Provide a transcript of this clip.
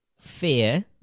Fear